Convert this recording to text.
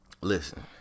Listen